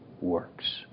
works